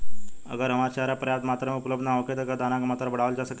अगर हरा चारा पर्याप्त मात्रा में उपलब्ध ना होखे त का दाना क मात्रा बढ़ावल जा सकेला?